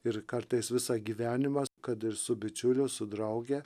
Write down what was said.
ir kartais visą gyvenimą kad ir su bičiuliu su drauge